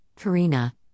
Karina